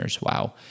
Wow